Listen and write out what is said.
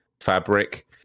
fabric